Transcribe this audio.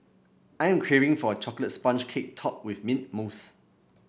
I am craving for a chocolate sponge cake topped with mint mousse